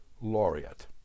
laureate